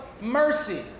mercy